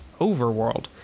overworld